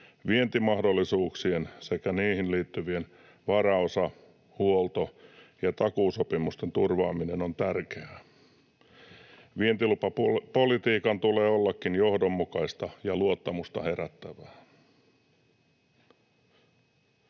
vientimahdollisuuksien sekä niihin liittyvien varaosa-, huolto- ja takuusopimusten turvaaminen on tärkeää. Vientilupapolitiikan tulee ollakin johdonmukaista ja luottamusta herättävää.